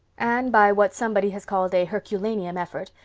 anne, by what somebody has called a herculaneum effort,